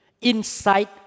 inside